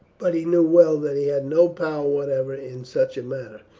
but he knew well that he had no power whatever in such a matter.